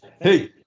Hey